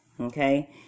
okay